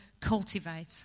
cultivate